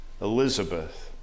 Elizabeth